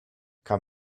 kann